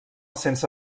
sense